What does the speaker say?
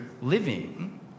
living